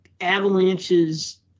avalanches